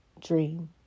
Dream